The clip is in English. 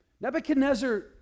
Nebuchadnezzar